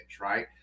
right